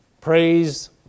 Praise